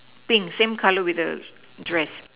pink same color with the dress